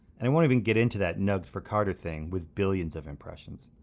and i won't even get into that nugs for carter thing with billions of impressions.